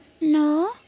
No